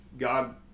God